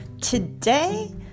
Today